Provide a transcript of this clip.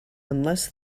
unless